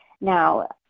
Now